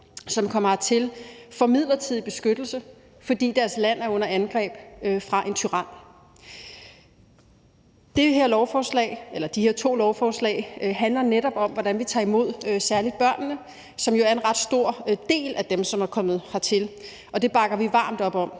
som kommer hertil, midlertidig beskyttelse, fordi deres land er under angreb fra en tyran. De her to lovforslag handler netop om, hvordan vi tager imod særlig børnene, som jo er en ret stor del af dem, der er kommet til landet. Det bakker vi varmt op om.